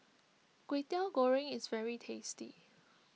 Kwetiau Goreng is very tasty